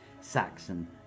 Saxon